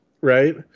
Right